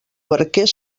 barquer